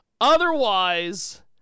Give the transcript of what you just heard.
Otherwise